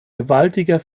gewaltiger